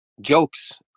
jokes